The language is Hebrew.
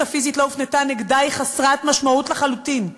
הפיזית לא הופנתה נגדה היא חסרת משמעות לחלוטין.